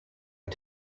est